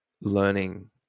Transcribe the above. learning